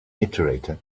iterator